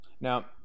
Now –